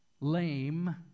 lame